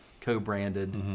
co-branded